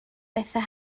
bethau